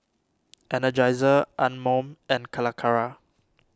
Energizer Anmum and Calacara